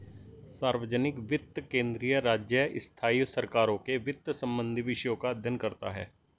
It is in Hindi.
सार्वजनिक वित्त केंद्रीय, राज्य, स्थाई सरकारों के वित्त संबंधी विषयों का अध्ययन करता हैं